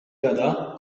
gada